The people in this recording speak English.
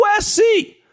USC